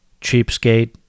Cheapskate